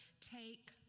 Take